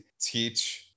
teach